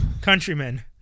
countrymen